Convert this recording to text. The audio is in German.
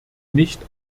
nicht